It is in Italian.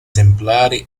templari